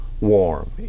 warm